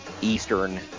Eastern